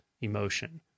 emotion